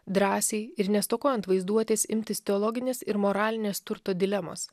drąsiai ir nestokojant vaizduotės imtis teologinės ir moralinės turto dilemos